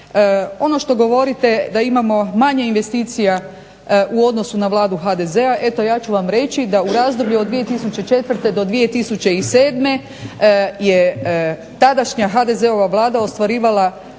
Ono što govorite da imamo manje investicija u odnosu na Vladu HDZ-a. Eto, ja ću vam reći da u razdoblju od 2004. do 2007. je tadašnja HDZ-ova Vlada ostvarivala